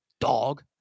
dog